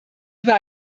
über